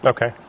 Okay